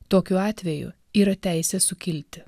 tokiu atveju yra teisė sukilti